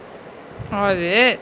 oh is it